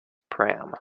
pram